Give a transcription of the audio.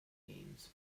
games